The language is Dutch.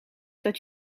dat